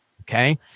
okay